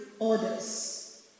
others